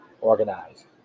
organize